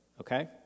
okay